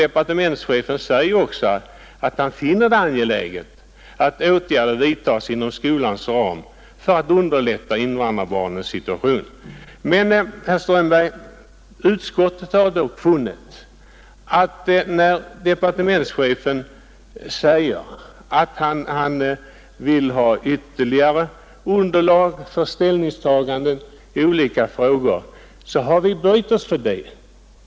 Departementschefen säger också att han finner det angeläget att FS or åtgärder vidtas inom skolans ram för att underlätta invandrarbarnens situation. Men, herr Strömberg, när departementschefen säger att han vill ha ytterligare underlag för ställningstaganden i olika frågor, så har vi inom utskottet böjt oss för det.